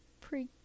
pre